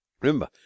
remember